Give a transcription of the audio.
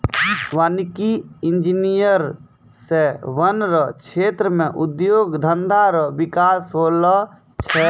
वानिकी इंजीनियर से वन रो क्षेत्र मे उद्योग धंधा रो बिकास होलो छै